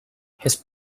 his